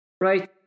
Right